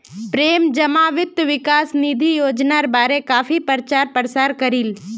प्रेम जमा वित्त विकास निधि योजनार बारे काफी प्रचार प्रसार करील